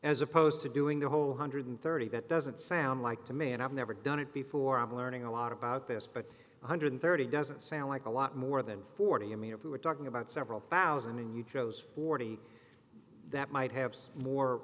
as opposed to doing the whole one hundred thirty that doesn't sound like to me and i've never done it before i'm learning a lot about this but one hundred thirty doesn't sound like a lot more than forty i mean if you were talking about several thousand and you chose forty that might have